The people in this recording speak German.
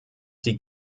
sie